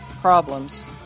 Problems